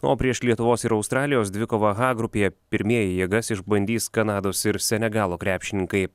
na o prieš lietuvos ir australijos dvikovą h grupėje pirmieji jėgas išbandys kanados ir senegalo krepšininkai